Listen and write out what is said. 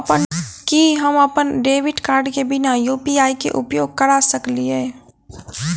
की हम अप्पन debit card केँ बिना यु.पी.आई केँ उपयोग करऽ सकलिये?